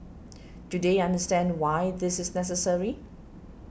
do they understand why this is necessary